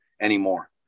anymore